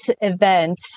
event